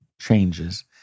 changes